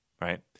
right